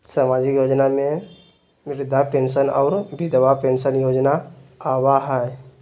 सामाजिक योजना में वृद्धा पेंसन और विधवा पेंसन योजना आबह ई?